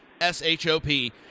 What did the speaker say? S-H-O-P